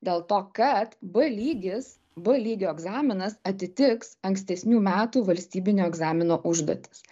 dėl to kad b lygis b lygio egzaminas atitiks ankstesnių metų valstybinio egzamino užduotis